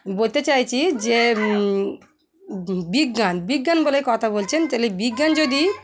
বলতে চাইছি যে বিজ্ঞান বিজ্ঞান বলে কথা বলছেন তাহলে বিজ্ঞান যদি